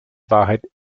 wahrheit